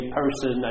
person